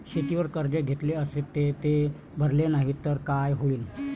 शेतीवर कर्ज घेतले अस ते भरले नाही तर काय होईन?